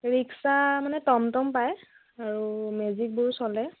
rickshaw মানে টমটম পায় আৰু মেজিকবোৰ চলে